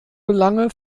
belange